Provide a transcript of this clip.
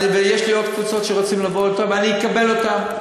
ויש עוד קבוצות שרוצות לבוא ואני אקבל אותן,